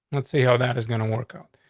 let's see how that is gonna work out.